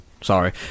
Sorry